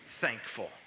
thankful